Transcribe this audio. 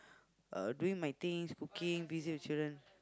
uh doing my things cooking busy with children